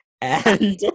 And-